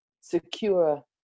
secure